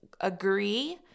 agree